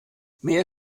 mehr